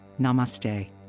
namaste